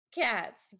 cats